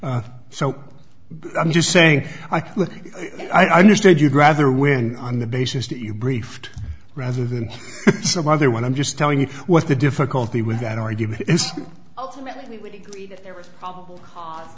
so i'm just saying i could understand you'd rather win on the basis that you briefed rather than some other one i'm just telling you what the difficulty with that argument